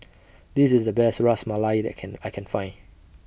This IS The Best Ras Malai that Can I Can Find